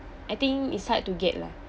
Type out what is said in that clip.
I think is hard to get lah